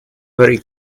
very